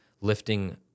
lifting